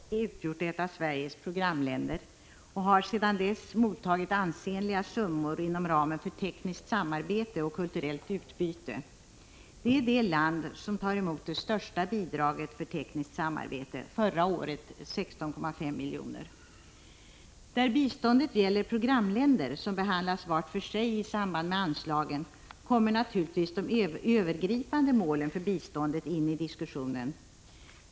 Herr talman! Cuba har till år 1980 utgjort ett av Sveriges programländer och har sedan dess mottagit ansenliga summor inom ramen för tekniskt samarbete och kulturellt utbyte. Cuba är det land som tar emot det största bidraget för tekniskt samarbete — förra året 16,5 milj.kr. Där biståndet gäller programländer, som behandlas vart för sig i samband med anslagen, kommer naturligtvis de övergripande målen för biståndet in i diskussionen.